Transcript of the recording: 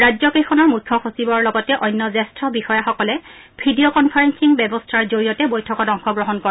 ৰাজ্য কেইখনৰ মুখ্য সচিবৰ লগতে অন্য জ্যেষ্ঠ বিষয়াসকল ভিডিঅ কনফাৰেলিং ব্যৱস্থাৰ জৰিয়তে বৈঠকত অংশগ্ৰহণ কৰে